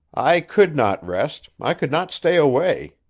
i could not rest i could not stay away.